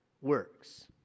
works